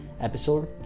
episode